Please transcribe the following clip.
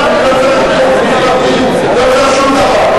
שיקול דעת.